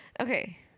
Okay